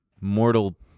mortal